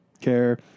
care